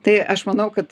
tai aš manau kad